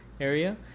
area